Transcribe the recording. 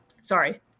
sorry